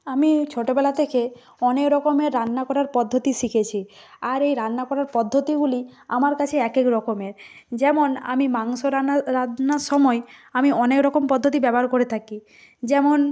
আমি ছোটোবেলা থেকে অনেক রকমের রান্না করার পদ্ধতি শিখেছি আর এই রান্না করার পদ্ধতিগুলি আমার কাছে একেক রকমের যেমন আমি মাংস রান্নার সময় আমি অনেক রকম পদ্ধতি ব্যবহার করে থাকি যেমন